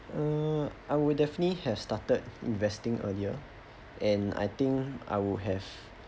uh I would definitely has started investing earlier and I think I will have